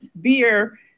beer